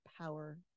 power